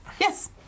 Yes